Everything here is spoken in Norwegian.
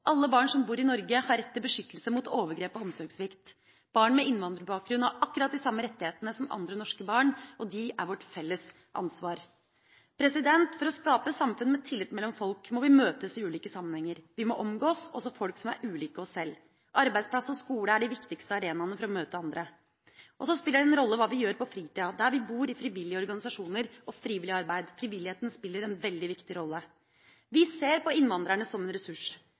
Alle barn som bor i Norge, har rett til beskyttelse mot overgrep og omsorgssvikt. Barn med innvandrerbakgrunn har akkurat de samme rettighetene som andre norske barn, og de er vårt felles ansvar. For å skape samfunn med tillit mellom folk, må vi møtes i ulike sammenhenger. Vi må omgås også folk som er ulike oss selv. Arbeidsplass og skole er de viktigste arenaene for å møte andre. Så spiller det en rolle hva vi gjør på fritida der vi bor – i frivillige organisasjoner og frivillig arbeid. Frivilligheten spiller en veldig viktig rolle. Vi ser på innvandrerne som en ressurs.